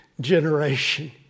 generation